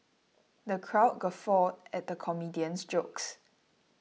the crowd guffawed at the comedian's jokes